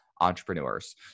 entrepreneurs